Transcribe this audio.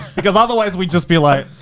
because otherwise we'd just be like.